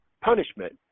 punishment